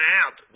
out